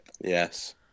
Yes